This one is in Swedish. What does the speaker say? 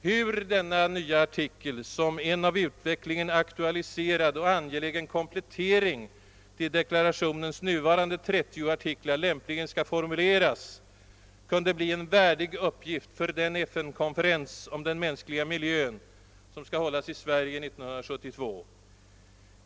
Hur denna nya artikel som en av utvecklingen aktualiserad och angelägen komplettering till deklarationens nuvarande 30 artiklar lämpligen skall formuleras kunde bli en värdig uppgift för den FN-konferens om den mänskliga miljön som skall hållas i Sverige 1972.